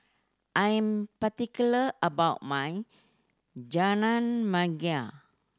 I am particular about my Jajangmyeon